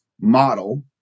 model